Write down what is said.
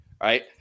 right